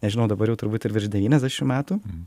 nežinau dabar jau turbūt ir virš devyniasdešim metų